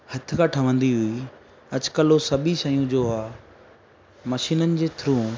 हथ खां ठवंदी हुई अॼुकल्ह उहो सभई शयूं जो उहा मशीननि जे थ्रू